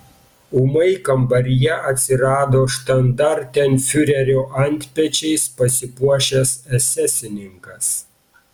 ūmai kambaryje atsirado štandartenfiurerio antpečiais pasipuošęs esesininkas